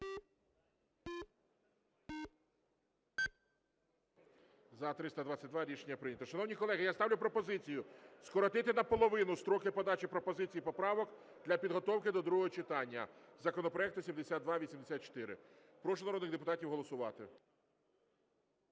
За-322 Рішення прийнято. Шановні колеги, я ставлю пропозицію скоротити наполовину строки подачі пропозицій і поправок для підготовки до другого читання законопроекту 7284. Прошу народних депутатів голосувати.